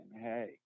hey